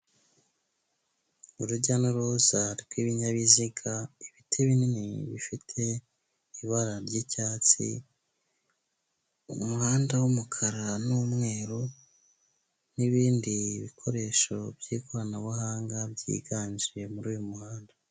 Urujya n'uruza rw'ibinyabiziga, ibiti binini bifite ibara ry'icyatsi, umuhanda w'umukara n'umweru, n'ibindi bikoresho by'ikoranabuhanga, byiganje muri uyu muhanda.